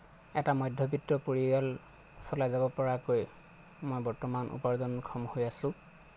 এটা মধ্যবিত্ত পৰিয়াল চলাই যাব পৰাকৈ মই বৰ্তমান উপাৰ্জনক্ষম হৈ আছোঁ